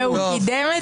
והוא קידם את זה?